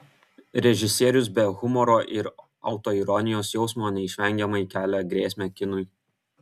režisierius be humoro ir autoironijos jausmo neišvengiamai kelia grėsmę kinui